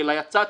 אלא יצאתי,